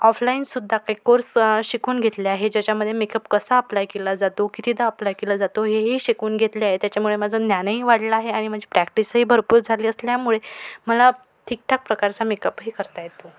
ऑफलाईनसुद्धा काही कोर्स शिकून घेतले आहे ज्याच्यामध्ये मेकअप कसा अप्लाय केला जातो कितीदा अप्लाय केला जातो हेही शिकून घेतले आहे त्याच्यामुळे माझं ज्ञानही वाढलं आहे आणि माझी प्रॅक्टिसही भरपूर झाली असल्यामुळे मला ठीकठाक प्रकारचा मेकअपही करता येतो